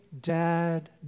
dad